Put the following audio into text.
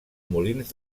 molins